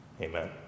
Amen